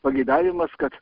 pageidavimas kad